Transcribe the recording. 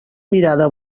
mirada